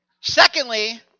Secondly